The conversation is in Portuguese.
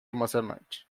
emocionante